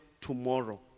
tomorrow